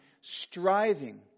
striving